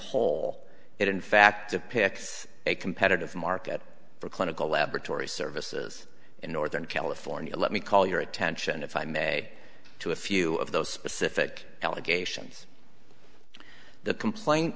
it in fact depicts a competitive market for clinical laboratory services in northern california let me call your attention if i may to a few of those specific allegations the complaint